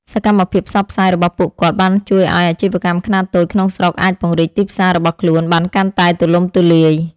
សកម្មភាពផ្សព្វផ្សាយរបស់ពួកគាត់បានជួយឱ្យអាជីវកម្មខ្នាតតូចក្នុងស្រុកអាចពង្រីកទីផ្សាររបស់ខ្លួនបានកាន់តែទូលំទូលាយ។